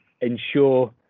ensure